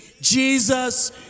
Jesus